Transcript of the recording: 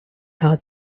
hard